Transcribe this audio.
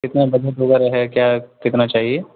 کتنا بجٹ وغیرہ ہے کیا کتنا چاہیے